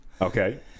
Okay